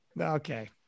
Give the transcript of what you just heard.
okay